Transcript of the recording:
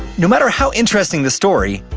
no matter how interesting the story,